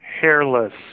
hairless